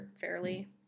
fairly